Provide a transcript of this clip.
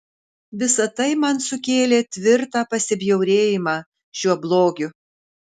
visa tai man sukėlė tvirtą pasibjaurėjimą šiuo blogiu